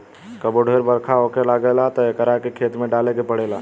कबो ढेर बरखा होखे लागेला तब एकरा के खेत में डाले के पड़ेला